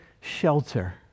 shelter